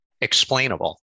explainable